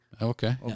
Okay